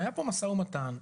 היה פה משא ומתן.